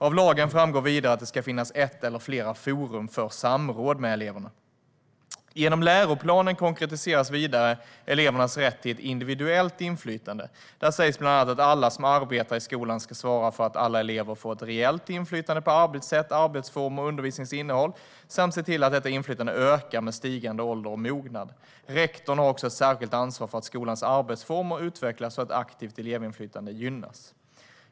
Av lagen framgår vidare att det ska finnas ett eller flera forum för samråd med eleverna. Genom läroplanen konkretiseras vidare elevernas rätt till ett individuellt inflytande. Där sägs bland annat att alla som arbetar i skolan ska svara för att alla elever får ett reellt inflytande på arbetssätt, arbetsformer och undervisningens innehåll samt se till att detta inflytande ökar med stigande ålder och mognad. Rektor har också ett särskilt ansvar för att skolans arbetsformer utvecklas så att ett aktivt elevinflytande gynnas.